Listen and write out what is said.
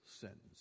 sentence